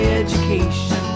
education